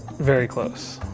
very close,